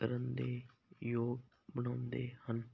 ਕਰਨ ਦੇ ਯੋਗ ਬਣਾਉਂਦੇ ਹਨ